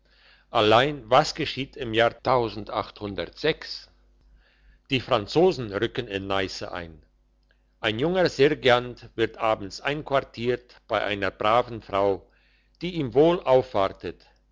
allein was geschieht im jahr die franzosen rücken in neisse ein ein junger sergeant wird abends einquartiert bei einer braven frau die ihm wohl aufwartet